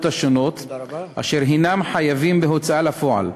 השונות אשר הנם חייבים בהוצאה לפועל,